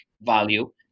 value